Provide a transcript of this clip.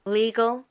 legal